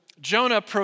Jonah